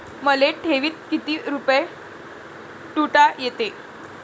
मले ठेवीत किती रुपये ठुता येते?